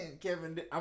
Kevin